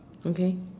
okay